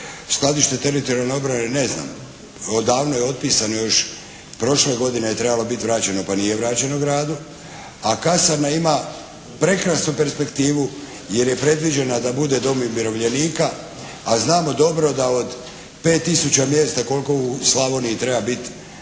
Skladište teritorijalne obrane, ne znam. Odavno je otpisano. Prošle godine još je trebalo biti vraćeno pa nije vraćeno gradu. A kasarna ima prekrasnu perspektivu jer je predviđena da bude dom umirovljenika a znamo dobro da od 5 tisuća mjesta koliko u Slavoniji treba biti